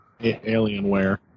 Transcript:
Alienware